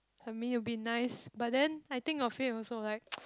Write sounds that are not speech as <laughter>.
I mean it would be nice but then I think of it also like <noise>